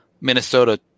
Minnesota